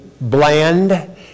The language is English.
bland